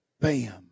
bam